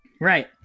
Right